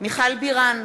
מיכל בירן,